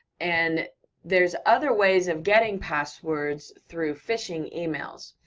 and there's other ways of getting passwords through phishing emails.